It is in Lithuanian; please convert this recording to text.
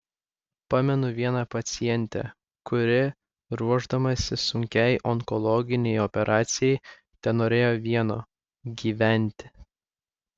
pamenu vieną pacientę kuri ruošdamasi sunkiai onkologinei operacijai tenorėjo vieno gyventi